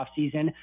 offseason